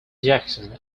jackson